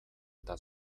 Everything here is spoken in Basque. eta